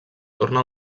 torna